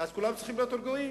כולם צריכים להיות רגועים.